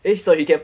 eh so he can